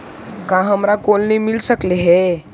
का हमरा कोलनी मिल सकले हे?